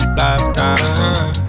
lifetime